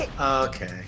Okay